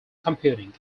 computing